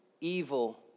evil